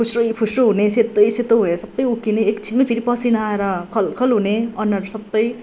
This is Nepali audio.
फुस्रै फुस्रो हुने सेतै सेतो हो यो सबै उक्किने एकछिनमै फेरि पसिना आएर खलखल हुने अनुहार सबै